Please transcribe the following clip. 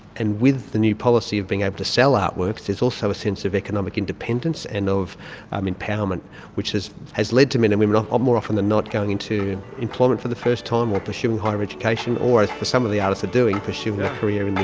and with the new policy of being able to sell artworks there's also a sense of economic independence and of um empowerment which has has led to men and women, um more often than not, going into employment for the first time or pursuing higher education, or, as some of the artists are doing, pursuing a career